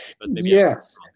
Yes